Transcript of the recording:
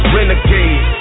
Renegade